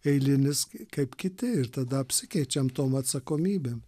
eilinis kaip kiti ir tada apsikeičiam tom atsakomybėm